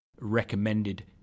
recommended